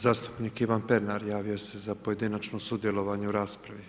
Zastupnik Ivan Pernar javio se za pojedinačno sudjelovanje u raspravi.